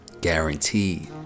guaranteed